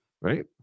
right